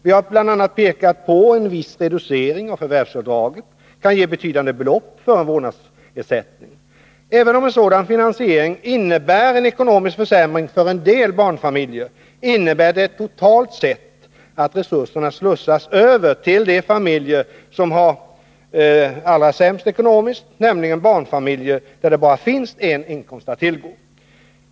Vi har bl.a. pekat på att en viss reducering av förvärvsavdraget kan ge betydande belopp för en vårdnadsersättning. Även om en sådan finansiering innebär en ekonomisk försämring för en del barnfamiljer innebär den totalt sett att resurserna slussas över till de familjer som har det allra sämst ekonomiskt, nämligen barnfamiljer där det bara finns en inkomst att tillgå.